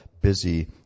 busy